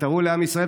ותראו לעם ישראל,